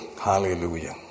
Hallelujah